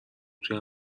توی